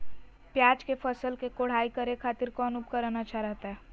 प्याज के फसल के कोढ़ाई करे खातिर कौन उपकरण अच्छा रहतय?